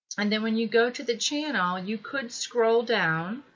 and then when you go to the channel ah and you could scroll down